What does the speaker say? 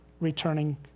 returning